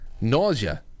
nausea